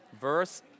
verse